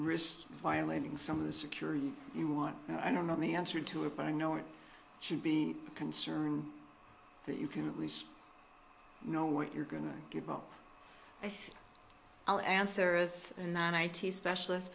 wrist violating some of the security you want i don't know the answer to it but i know it should be a concern that you can at least you know what you're going to give up i'll answer as an i t specialist